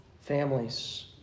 families